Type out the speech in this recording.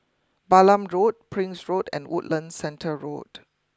Balam Road Prince Road and Woodlands Centre Road